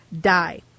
die